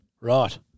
right